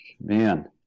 man